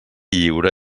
lliure